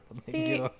See